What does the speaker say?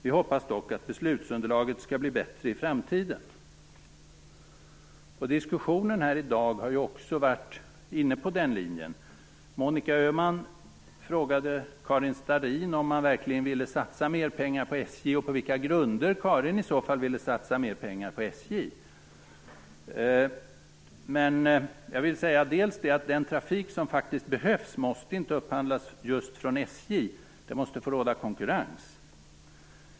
Vi hoppas dock att beslutsunderlaget skall bli bättre i framtiden. Diskussionen här i dag har ju också varit inne på den linjen. Monica Öhman frågade Karin Starrin om man verkligen ville satsa mer pengar på SJ, och på vilka grunder Karin Starrin i så fall ville satsa per pengar på SJ. Men den trafik som faktiskt behövs måste inte upphandlas just från SJ. Det måste få råda konkurrens.